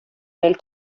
nel